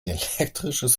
elektrisches